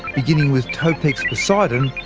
beginning with topex poseidon,